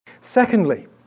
Secondly